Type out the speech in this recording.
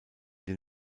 den